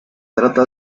trata